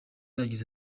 yagize